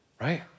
Right